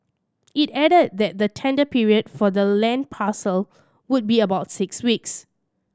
it added that the tender period for the land parcel would be about six weeks